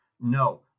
no